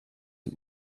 dem